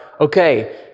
okay